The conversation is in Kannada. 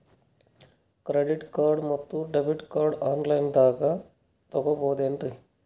ಕ್ರೆಡಿಟ್ ಕಾರ್ಡ್ ಮತ್ತು ಡೆಬಿಟ್ ಕಾರ್ಡ್ ಆನ್ ಲೈನಾಗ್ ತಗೋಬಹುದೇನ್ರಿ?